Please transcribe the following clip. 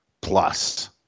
plus